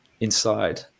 inside